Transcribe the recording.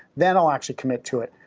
then i'll actually commit to it.